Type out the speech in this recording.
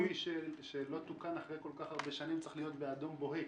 ליקוי שלא תוקן אחרי כל כך הרבה שנים צריך להיות באדום בוהק.